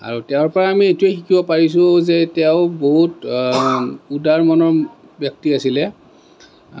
আৰু তেওঁৰ পৰাই আমি এইটোৱে শিকিব পাৰিছোঁ যে তেওঁ বহুত উদাৰ মনৰ ব্যক্তি আছিলে